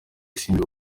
isimbi